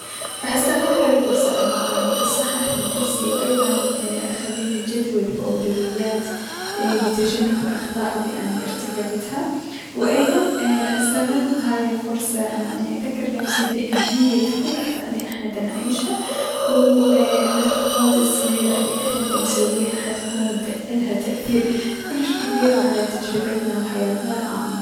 راح استغل هاي الفرصة انو اني اصحح من نفسي و ايضا اخليلي جدول و اولويات اي- لتجنب الأخطاء الي اني ارتكبتهاو ايضا راح استغل هاي الفرصة انو اني اذكر نفسي بأهمية كل لحضة الي احنا دنعيشها وو اي- الخطوات الصغيرة الي احنا نسويها حتكون الها تأثير كلش جبيلر على تجربتنا وحياتنا العامة.